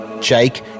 Jake